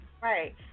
Right